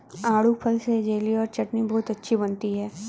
आड़ू फल से जेली और चटनी बहुत अच्छी बनती है